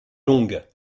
longue